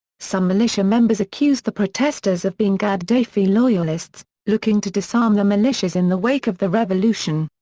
some militia members accused the protestors of being gaddafi loyalists, looking to disarm the militias in the wake of the revolution.